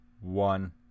one